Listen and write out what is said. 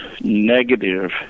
negative